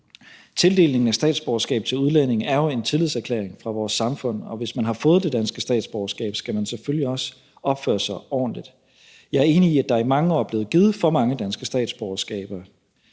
Tildelingen af statsborgerskab til udlændinge er jo en tillidserklæring fra vores samfund, og hvis man har fået det danske statsborgerskab, skal man selvfølgelig også opføre sig ordentligt. Jeg er enig i, at der i mange år er blevet givet for mange danske statsborgerskaber